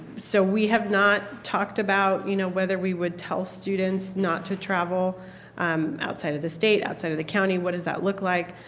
so we have not talked about you know whether we would tell students not to travel um outside of the state, outside of the county. what does that look like?